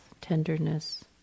tenderness